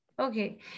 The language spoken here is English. Okay